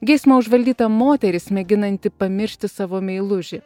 geismo užvaldyta moteris mėginanti pamiršti savo meilužį